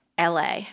LA